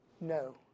No